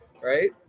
right